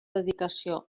dedicació